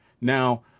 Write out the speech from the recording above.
Now